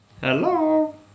Hello